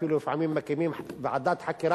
אפילו לפעמים מקימים ועדת חקירה